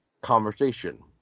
conversation